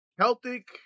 Celtic